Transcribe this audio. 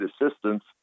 assistance